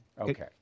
Okay